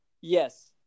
yes